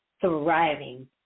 thriving